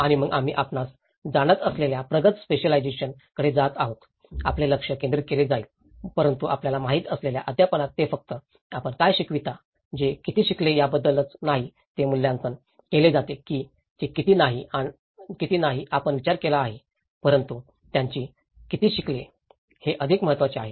आणि मग आम्ही आपल्यास जाणत असलेल्या प्रगत स्पेशिअलाजेशन कडे जात आहोत आपले लक्ष केंद्रित केले जाईल परंतु आपल्याला माहित असलेल्या अध्यापनात ते फक्त आपण काय शिकवता ते किती शिकले याबद्दलच नाही हे मूल्यांकन केले जाते की हे किती नाही आपण विचार केला आहे परंतु त्यांनी किती शिकले हे अधिक महत्वाचे आहे